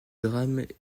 drames